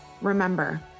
Remember